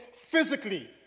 physically